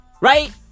right